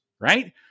right